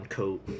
coat